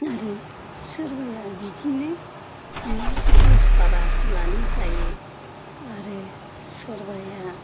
आरो सोरबाया बिदिनो न' स' भारा होनानै जायो आरो सोरबाया